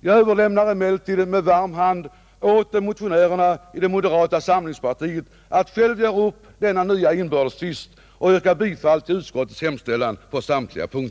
Jag överlämnar emellertid med varm hand åt motionärerna i moderata samlingspartiet att själva göra upp denna inbördes tvist och yrkar bifall till utskottets hemställan på samtliga punkter.